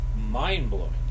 mind-blowing